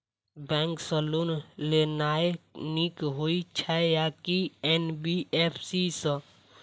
Bank सँ loan लेनाय नीक होइ छै आ की एन.बी.एफ.सी सँ?